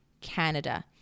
Canada